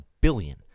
billion